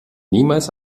niemals